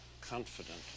confident